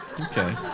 Okay